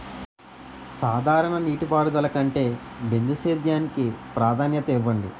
సాధారణ నీటిపారుదల కంటే బిందు సేద్యానికి ప్రాధాన్యత ఇవ్వండి